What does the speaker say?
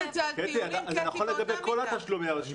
קטי, זה נכון לגבי כל תשלומי הרשות.